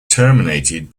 terminated